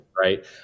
right